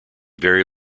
very